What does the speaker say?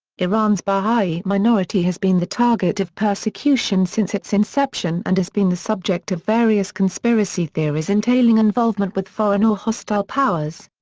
iran's baha'i minority has been the target of persecution since its inception and has been the subject of various conspiracy theories entailing involvement with foreign or hostile powers.